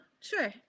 sure